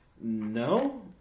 No